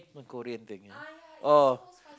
the korean thing eh oh